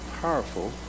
powerful